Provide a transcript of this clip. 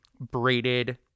braided